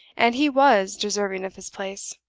and he was deserving of his place.